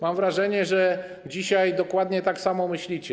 Mam wrażenie, że dzisiaj dokładnie tak samo myślicie.